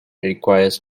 requires